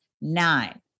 Nine